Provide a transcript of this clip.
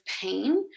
pain